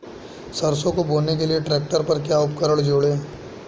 सरसों को बोने के लिये ट्रैक्टर पर क्या उपकरण जोड़ें?